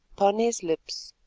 upon his lips,